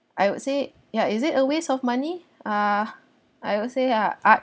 I would say ya is it a waste of money ah I would say ah art